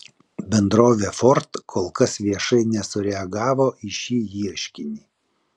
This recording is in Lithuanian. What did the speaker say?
bendrovė ford kol kas viešai nesureagavo į šį ieškinį